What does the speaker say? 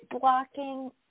blocking